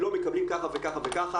לא מקבלים ככה וככה.